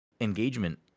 engagement